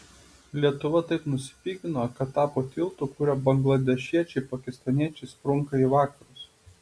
lietuva taip nusipigino kad tapo tiltu kuriuo bangladešiečiai pakistaniečiai sprunka į vakarus